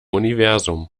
universum